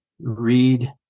read